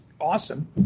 awesome